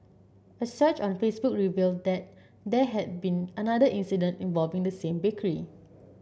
a search on Facebook revealed that there had been another incident involving the same bakery